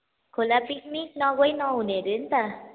खोला पिकनिक नगई नहुने अरे नि त